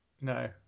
No